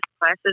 classes